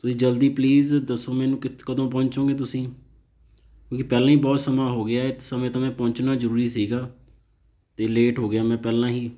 ਤੁਸੀਂ ਜਲਦੀ ਪਲੀਜ਼ ਦੱਸੋ ਮੈਨੂੰ ਕਿਥ ਕਦੋਂ ਪਹੁੰਚੋਗੇ ਤੁਸੀਂ ਕਿਉਂਕਿ ਪਹਿਲਾਂ ਹੀ ਬਹੁਤ ਸਮਾਂ ਹੋ ਗਿਆ ਇਸ ਸਮੇਂ 'ਤੇ ਮੈਂ ਪਹੁੰਚਣਾ ਜ਼ਰੂਰੀ ਸੀਗਾ ਅਤੇ ਲੇਟ ਹੋ ਗਿਆ ਮੈਂ ਪਹਿਲਾਂ ਹੀ